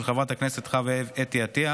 של חברת הכנסת חוה אתי עטייה.